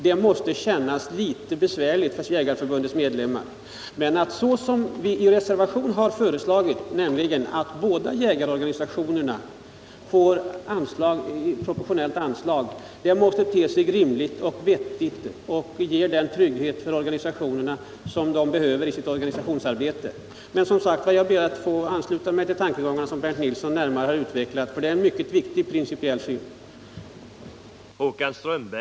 Det måste kännas litet besvärligt för Jägareförbundets medlemmar. Men det vi har föreslagit i reservationen, nämligen att båda jägarorganisationerna får proportionellt fördelade anslag, måste te sig rimligt och vettigt och ger den trygghet för organisationerna som de behöver i sitt arbete. Men, som sagt var, jag ber att få ansluta mig till de tankegångar som Bernt Nilsson närmare har utvecklat, för det är viktiga principiella synpunkter.